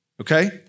okay